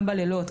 גם בלילות,